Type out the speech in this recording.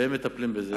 והם מטפלים בזה.